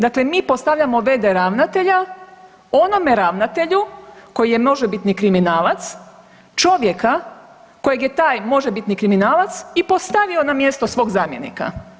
Dakle, mi postavljamo v.d. ravnatelja onome ravnatelju koji je možebitni kriminalac, čovjeka kojeg je taj možebitni kriminalac i postavio i na mjesto svog zamjenika.